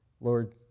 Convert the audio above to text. Lord